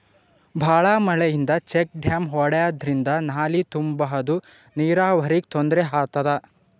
ಭಾಳ್ ಮಳಿಯಿಂದ check dam ಒಡ್ಯಾದ್ರಿಂದ ನಾಲಿ ತುಂಬಾದು ನೀರಾವರಿಗ್ ತೊಂದ್ರೆ ಆತದ